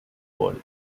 wall